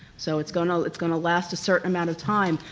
so it's gonna it's gonna last a certain amount of time,